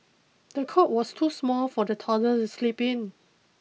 the cot was too small for the toddler to sleep in